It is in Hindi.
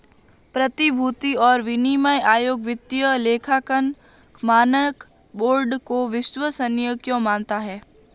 प्रतिभूति और विनिमय आयोग वित्तीय लेखांकन मानक बोर्ड को विश्वसनीय क्यों मानता है?